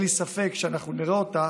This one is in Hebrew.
אין לי ספק שאנחנו נראה אותם